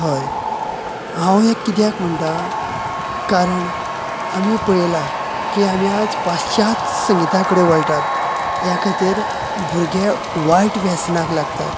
हय हांव हे कित्याक म्हणटा कारण आमी पळयला की आमी आयज पाश्यात्य संगिता कडेन वळटात ह्या खातीर भुरगे आयज वायट वेसनाक लागतात